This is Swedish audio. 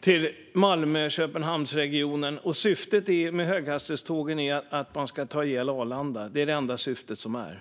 till Malmö-Köpenhamnsregionen. Syftet med höghastighetstågen är att ta ihjäl Arlanda. Det är det enda syftet som finns.